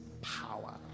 power